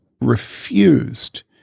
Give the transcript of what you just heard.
refused